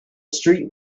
street